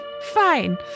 fine